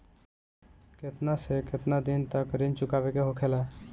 केतना से केतना दिन तक ऋण चुकावे के होखेला?